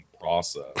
process